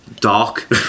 dark